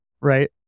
Right